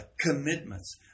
commitments